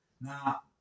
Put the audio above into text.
Now